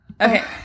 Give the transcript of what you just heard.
Okay